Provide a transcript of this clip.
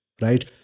right